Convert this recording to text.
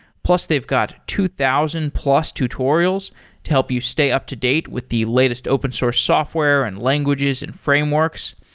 plus they've got two thousand plus tutorials to help you stay up-to-date with the latest open source software and languages and frameworks.